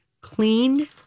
clean